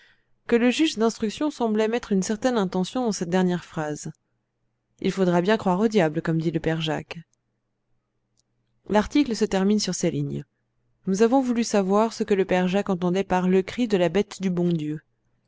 que le juge d'instruction semblait mettre une certaine intention dans cette dernière phrase il faudra bien croire au diable comme dit le père jacques l'article se termine sur ces lignes nous avons voulu savoir ce que le père jacques entendait par le cri de la bête du bon dieu